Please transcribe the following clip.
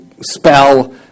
spell